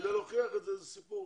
להוכיח את זה, זה סיפור.